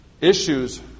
issues